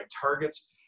targets